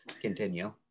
continue